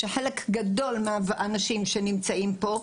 עם חלק גדול מהאנשים שנמצאים פה,